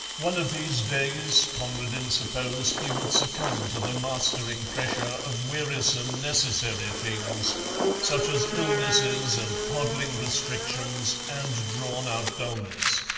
one of these days conradin supposed he would succumb to the mastering pressure of wearisome necessary things such as illnesses and coddling restrictions and drawn-out dullness.